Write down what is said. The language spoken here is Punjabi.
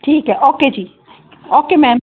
ਠੀਕ ਹੈ ਓਕੇ ਜੀ ਓਕੇ ਮੈਮ